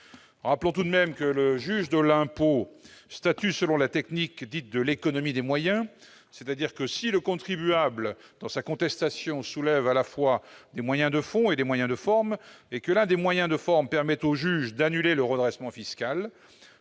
Rappelons tout de même que le juge de l'impôt statue selon la technique dite « de l'économie des moyens »: si le contribuable, dans sa contestation, soulève à la fois des moyens de fond et des moyens de forme, et que l'un des moyens de forme permet au juge d'annuler le redressement fiscal,